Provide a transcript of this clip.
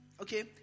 okay